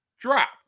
drop